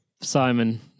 Simon